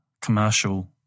commercial